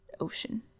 ocean